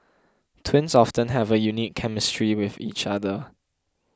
twins often have a unique chemistry with each other